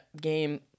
game